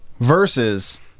versus